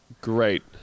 great